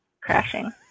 crashing